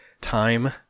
Time